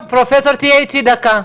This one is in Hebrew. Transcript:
תהיה איתי בבקשה,